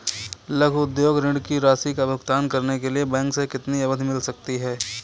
लघु उद्योग ऋण की राशि का भुगतान करने के लिए बैंक से कितनी अवधि मिल सकती है?